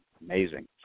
amazing